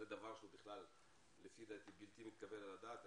זה דבר שלדעתי הוא בלתי מתקבל על הדעת.